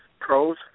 pros